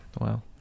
wow